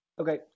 Okay